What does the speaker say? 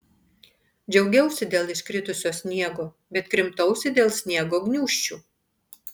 džiaugiausi dėl iškritusio sniego bet krimtausi dėl sniego gniūžčių